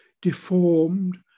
deformed